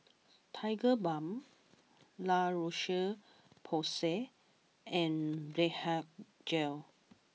Tigerbalm La Roche Porsay and Blephagel